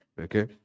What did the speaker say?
okay